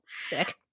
Sick